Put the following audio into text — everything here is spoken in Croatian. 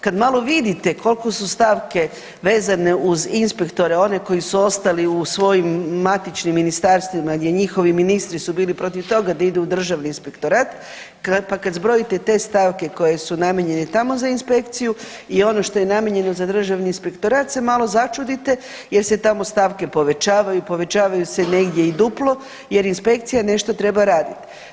Kad malo vidite koliko su stavke vezane uz inspektore, one koji su ostali u svojim matičnim ministarstvima, gdje njihovi ministri su bili protiv toga da idu Državni inspektorat, pa kad zbrojite te stavke koje su namijenjene tamo za inspekciju i ono što je namijenjeno za Državni inspektorat se malo začudite jer se tamo stavke povećavaju, povećavaju se negdje i duplo, jer inspekcija nešto treba radit.